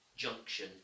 Junction